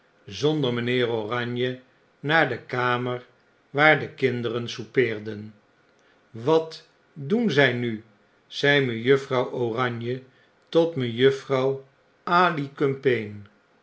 zonder mgnheer oranje naar de kamer waar de kinderen soupeerden wat doen zij nu zei mejuffrouw oranje tot mejuffrouw